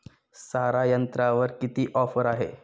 सारा यंत्रावर किती ऑफर आहे?